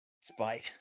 spite